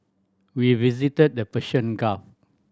we visited the Persian Gulf